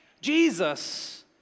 Jesus